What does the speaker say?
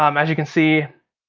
um as you can see,